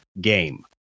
game